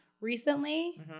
Recently